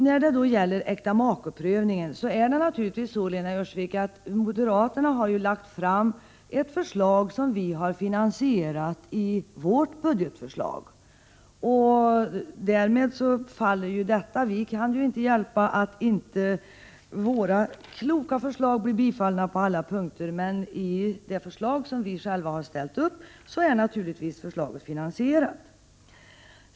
När det gäller äktamakeprövningen, Lena Öhrsvik, har moderaterna lagt fram ett förslag som vi också finansierat i vårt budgetalternativ. Därmed faller den argumentationen. Vi kan inte hjälpa att inte våra kloka förslag blir bifallna på alla punkter. Men de förslag som vi lagt fram har vi naturligtvis också finansierat.